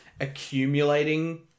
accumulating